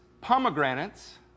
pomegranates